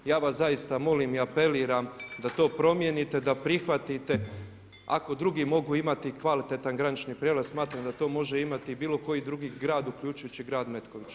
I ja vas zaista molim i apeliram da to promijenite, da prihvatite, ako drugi mogu imati kvalitetan granični prijelaz, smatram da to može imati i bilo koji drugi grad uključujući grad Metković.